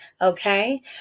Okay